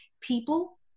people